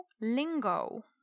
lingo